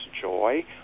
joy